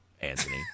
Anthony